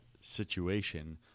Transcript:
situation